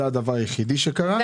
זה הדבר היחיד שקרה.